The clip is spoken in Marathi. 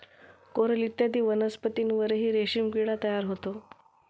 कोरल इत्यादी वनस्पतींवरही रेशीम किडा तयार होतो